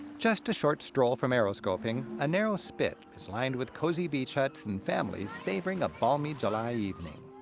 just a short stroll from aeroskobing, a narrow spit is lined with cozy beach huts and families savoring a balmy july evening.